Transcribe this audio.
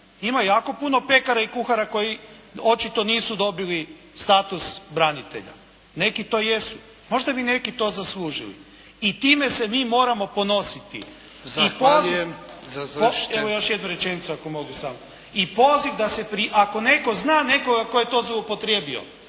Ima jako puno pekara i kuhara koji očito nisu dobili status branitelja. Neki to jesu. Možda bi neki to zaslužili. I time se mi moramo ponositi. **Jarnjak, Ivan